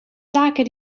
taken